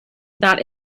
that